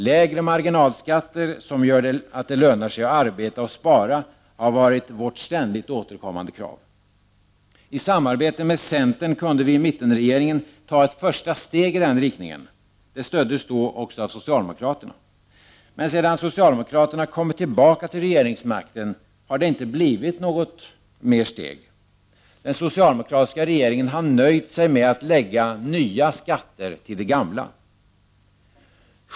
Lägre marginalskatter som gör att det lönar sig att arbeta och spara har varit vårt ständigt återkommande krav. I samarbete med centern kunde vi i mittenregeringen ta ett första steg i den riktningen. Det stöddes då också av socialdemokraterna. Men sedan socialdemokraterna kommit tillbaka till regeringsmakten har det inte blivit något ytterligare steg. Den socialdemokratiska regeringen har nöjt sig med att lägga nya skatter till de gamla.